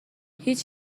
هیچ